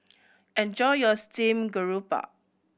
enjoy your steamed garoupa